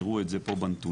היראו את זה פה בנתונים,